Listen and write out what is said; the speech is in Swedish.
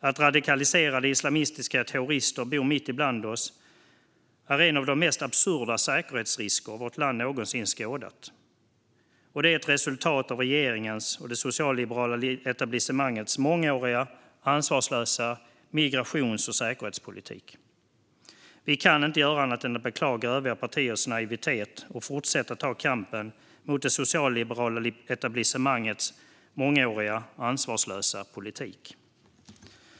Att radikaliserade islamistiska terrorister bor mitt ibland oss är en av de mest absurda säkerhetsrisker vårt land någonsin skådat, och det är ett resultat av regeringens och det socialliberala etablissemangets mångåriga och ansvarslösa migrations och säkerhetspolitik. Vi kan inte göra annat än att beklaga övriga partiers naivitet och fortsätta ta kampen mot det socialliberala etablissemangets mångåriga och ansvarslösa politik.